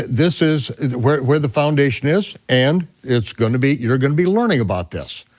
this is is where where the foundation is and it's gonna be, you're gonna be learning about this.